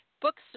books